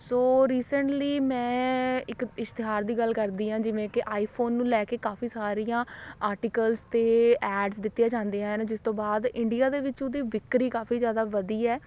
ਸੋ recently ਮੈਂ ਇੱਕ ਇਸ਼ਤਿਹਾਰ ਦੀ ਗੱਲ ਕਰਦੀ ਹਾਂ ਜਿਵੇਂ ਕਿ ਆਈਫੋਨ ਨੂੰ ਲੈ ਕੇ ਕਾਫੀ ਸਾਰੀਆਂ ਆਰਟੀਕਲਸ ਅਤੇ ਐਡਸ ਦਿੱਤੀਆਂ ਜਾਂਦੀਆਂ ਹਨ ਜਿਸ ਤੋਂ ਬਾਅਦ ਇੰਡੀਆ ਦੇ ਵਿੱਚ ਓਹਦੀ ਵਿੱਕਰੀ ਕਾਫੀ ਜ਼ਿਆਦਾ ਵਧੀ ਹੈ